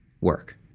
work